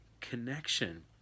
connection